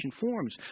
forms